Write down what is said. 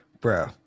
Bro